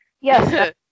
Yes